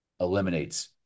eliminates